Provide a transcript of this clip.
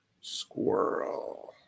Squirrel